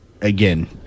Again